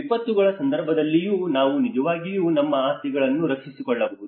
ವಿಪತ್ತುಗಳ ಸಂದರ್ಭದಲ್ಲಿಯೂ ನಾವು ನಿಜವಾಗಿಯೂ ನಮ್ಮ ಆಸ್ತಿಗಳನ್ನು ರಕ್ಷಿಸಿಕೊಳ್ಳಬಹುದು